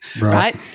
right